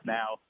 now